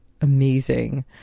Amazing